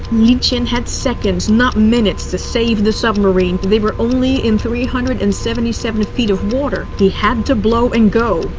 lyachin had seconds, not minutes to save the submarine. they were only in three hundred and seventy seven feet of water. he had to blow and go.